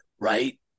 Right